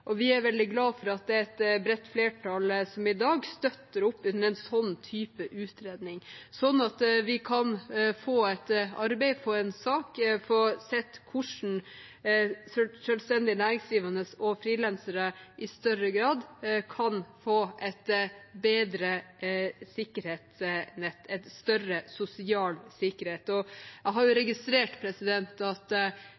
og vi er veldig glad for at det er et bredt flertall som i dag støtter opp under en sånn type utredning, sånn at vi kan få et arbeid, få en sak og få sett hvordan selvstendig næringsdrivende og frilansere i større grad kan få et bedre sikkerhetsnett – større sosial sikkerhet. Jeg har